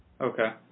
Okay